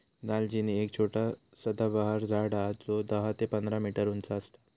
दालचिनी एक छोटा सदाबहार झाड हा जो दहा ते पंधरा मीटर उंच असता